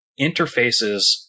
interfaces